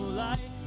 light